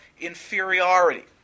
inferiority